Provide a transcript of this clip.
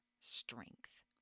strength